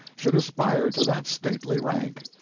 should aspire to that stately rank.